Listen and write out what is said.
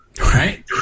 right